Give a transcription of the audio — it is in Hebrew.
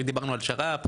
אם דיברנו על שר"פ,